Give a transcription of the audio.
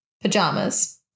pajamas